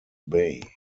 bay